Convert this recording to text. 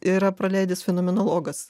yra praleidęs fenomenologas